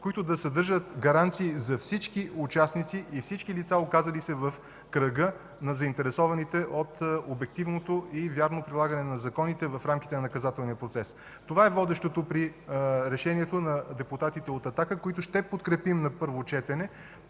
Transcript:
които да съдържат гаранции за всички участници и всички лица, оказали се в кръга на заинтересованите от обективното и вярно прилагане на законите в рамките на наказателния процес. Това е водещото при решението на депутатите от „Атака”, които ще подкрепим на първо четене